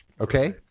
Okay